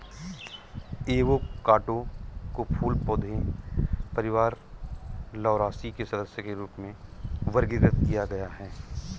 avocado को फूल पौधे परिवार लौरासी के सदस्य के रूप में वर्गीकृत किया गया है